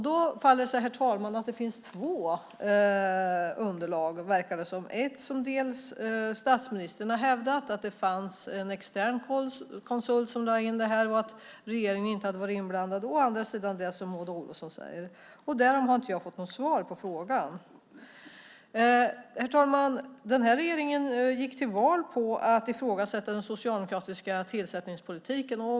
Då faller det sig så, herr talman, att det verkar finnas två underlag - å ena sidan ett som statsministern har hävdat, att det fanns en extern konsult som lade in det här och att regeringen inte hade varit inblandad, och å andra sidan det som Maud Olofsson nämnt. Jag har inte fått något svar på min fråga om det. Herr talman! Den här regeringen gick till val på att ifrågasätta den socialdemokratiska tillsättningspolitiken.